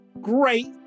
Great